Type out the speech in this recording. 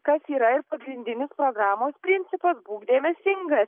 kas yra ir pagrindinis programos principas būk dėmesingas